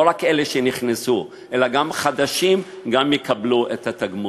לא רק אלה שנכנסו, אלא גם חדשים יקבלו את התגמול.